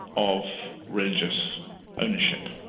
of religious ownership.